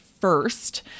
first